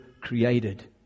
created